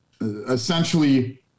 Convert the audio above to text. essentially